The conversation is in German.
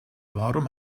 warum